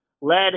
led